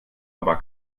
aber